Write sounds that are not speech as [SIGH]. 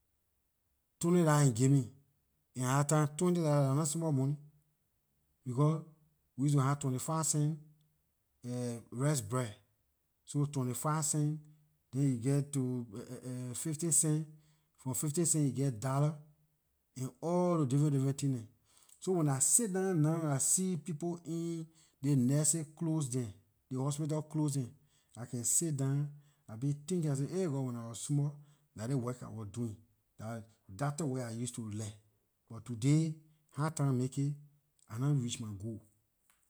Twenty dollar he give me and at dah time twenty dollar dah nah small money becor we use to have twenty- five cents [HESITATION] rice bread, so twenty- five cents then you geh to fifty cents, from fifty cents you geh dollar and all those different different things dem. So when I sit down now and I see people in ley nurses clothes dem ley hospital clothes dem I can sit down I be thinking I say aay god when I wor small dah ley work I wor doing. Dah doctor work I used to like buh today hard time make it I nah reach my goal.